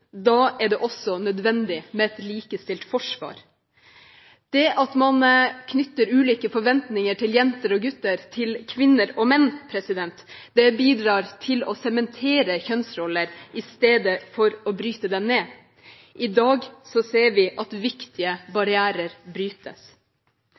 Da er det også nødvendig med et likestilt forsvar. Det at man knytter ulike forventninger til jenter og gutter, til kvinner og menn, bidrar til å sementere kjønnsroller i stedet for å bryte dem ned. I dag ser vi at viktige